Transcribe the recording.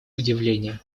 удивления